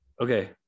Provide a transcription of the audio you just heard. Okay